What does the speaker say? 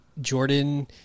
Jordan